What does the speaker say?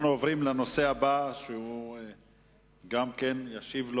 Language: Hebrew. אנחנו עוברים לנושא הבא, שגם עליו ישיב,